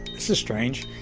so strange,